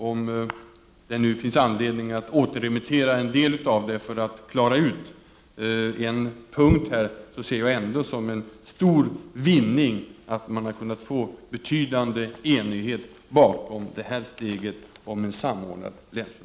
Om det finns anledning att återremittera ärendet för att reda ut en punkt, ser jag det ändå som en stor vinst att vi har kunnat uppnå betydande enighet om en samordnad länsförvaltning.